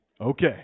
Okay